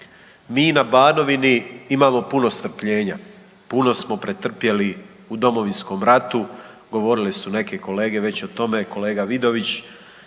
mi na Banovini imamo puno strpljenja, puno smo pretrpjeli u Domovinskom ratu, govorile su neke kolege već o tome, kolega Vidović,